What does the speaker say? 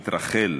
רח"ל,